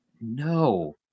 no